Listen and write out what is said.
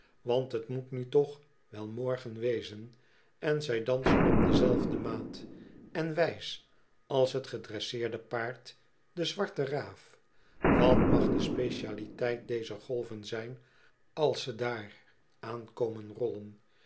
want t moet nu toch wel morgen wezen en zij dansen op dezelfde maat en wijs als t gedresseerde paard de zwarte raaf wat mag de specialiteit dezer golven zijn als ze daar aan komen rollen